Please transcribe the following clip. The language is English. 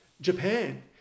Japan